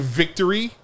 victory